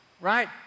Right